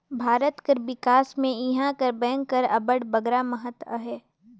भारत कर बिकास में इहां कर बेंक कर अब्बड़ बगरा महत अहे